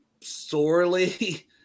sorely